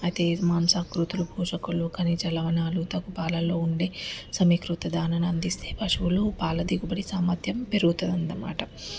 అయితే ఇది మాంసాకృతులు పోషక విలువ పోషక ఖనీజ లవణాలు తగు పాలలో ఉండే సమీకృత దాననందిస్తే పశువులు పాల దిగుబడి సామర్థ్యం పెరుగుతుందన్నమాట అన్నమాట